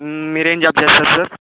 మీరేం జాబ్ చేస్తారు సార్